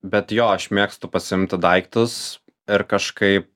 bet jo aš mėgstu pasiimti daiktus ir kažkaip